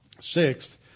Sixth